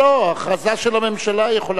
הכרזה של הממשלה יכולה להיות,